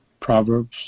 Proverbs